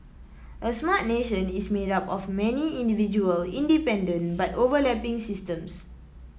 a Smart Nation is made up of many individual independent but overlapping systems